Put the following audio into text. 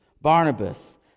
Barnabas